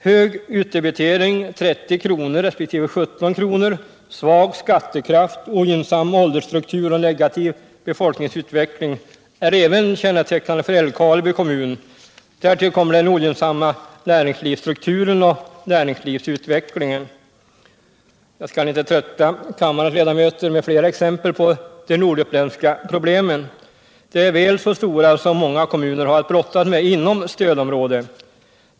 Hög utdebitering, 30 resp. 17 kr., svag skattekraft, ogynnsam åldersstruktur och negativ befolkningsutveckling är även kännetecknande för Älvkarleby kommun. Därtill kommer den ogynnsamma näringslivsstrukturen och näringslivsutvecklingen. Jag skall inte trötta kammarens ledamöter med flera exempel på de norduppländska problemen. De är väl så stora som de problem många kommuner har att brottas med inom stödområdet.